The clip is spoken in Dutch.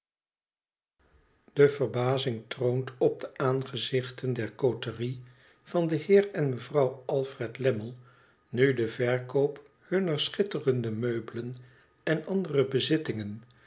de verbazing troont op de aangezichten der coterie van den heer en mevrouw alfred lammie nu de verkoop hunner schitterende meubelen en andere bezittingen